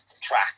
track